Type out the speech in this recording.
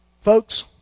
Folks